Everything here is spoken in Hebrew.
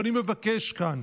ואני מבקש כאן